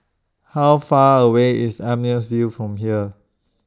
How Far away IS Amaryllis Ville from here